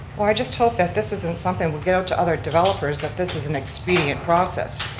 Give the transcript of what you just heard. well, i just hope that this isn't something we go to other developers that this is an expedient process,